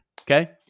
okay